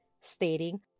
stating